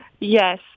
Yes